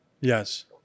Yes